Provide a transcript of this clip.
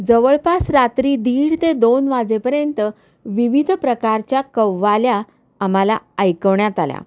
जवळपास रात्री दीड ते दोन वाजेपर्यंत विविध प्रकारच्या कव्वाल्या आम्हाला ऐकवण्यात आल्या